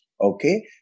okay